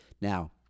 now